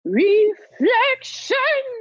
reflection